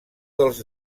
dels